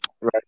Right